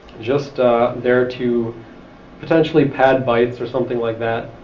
just there to potentially pad bytes or something like that.